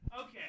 Okay